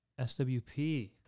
SWP